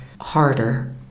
harder